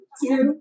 two